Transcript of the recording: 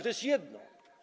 To jest jedno.